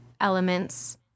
elements